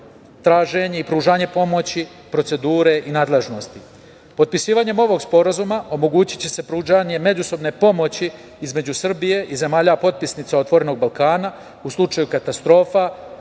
traženje i pružanje pomoći, procedure i nadležnosti. Potpisivanjem ovog sporazuma omogućiće se pružanje međusobne pomoći, između Srbije i zemalja potpisnica „Otvorenog Balkana“ u slučaju katastrofa,